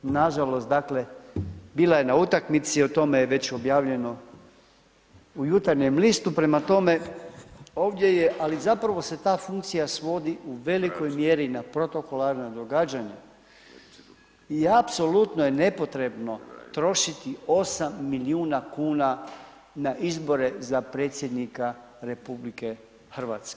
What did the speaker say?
Nažalost, dakle, bila je na utakmici, o tome je već objavljeno u Jutarnjem listu, prema tome, ovdje je, ali zapravo se ta funkcija svodi u velikoj mjeri na protokolarna događanja i apsolutno je nepotrebno trošiti 8 milijuna kuna na izbore za predsjednika RH.